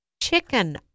chicken